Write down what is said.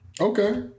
Okay